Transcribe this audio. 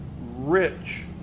rich